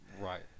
Right